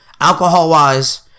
alcohol-wise